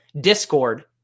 Discord